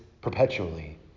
perpetually